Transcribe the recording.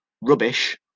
rubbish